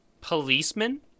policeman